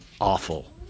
awful